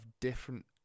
different